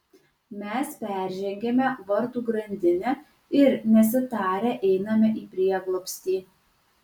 mes peržengiame vartų grandinę ir nesitarę einame į prieglobstį